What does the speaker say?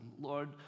Lord